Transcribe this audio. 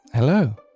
Hello